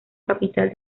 capital